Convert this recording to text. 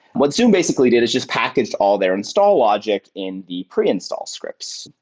what zoom basically did is just packaged all their install logic in the preinstall scripts.